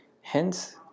Hence